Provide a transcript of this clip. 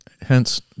Hence